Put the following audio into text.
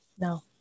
No